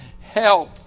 Help